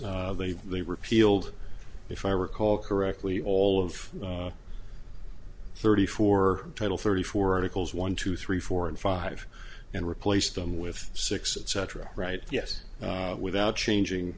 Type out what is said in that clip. they they repealed if i recall correctly all of thirty four total thirty four articles one two three four and five and replace them with six cetera right yes without changing